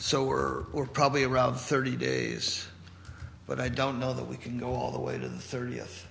so we're we're probably around thirty days but i don't know that we can go all the way to the thirtieth